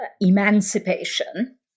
emancipation